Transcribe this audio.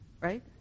Right